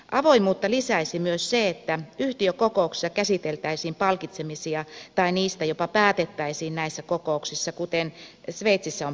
avoimuutta lisäisi myös se että yhtiökokouksissa käsiteltäisiin palkitsemisia tai niistä jopa päätettäisiin näissä kokouksissa kuten sveitsissä on päätetty menetellä